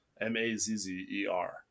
M-A-Z-Z-E-R